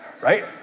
right